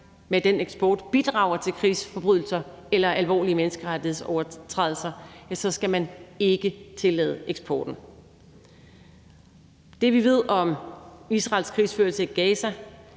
med den eksport bidrager til krigsforbrydelser eller alvorlig menneskerettighedsovertrædelser, skal man ikke tillade eksporten. Det, vi ved om Israels krigsførelse i Gaza,